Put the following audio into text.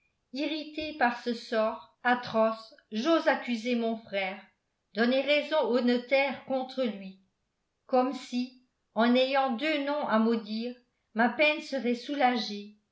irritée par ce sort atroce j'ose accuser mon frère donner raison au notaire contre lui comme si en ayant deux noms à maudire ma peine serait soulagée